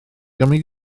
gymri